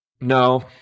No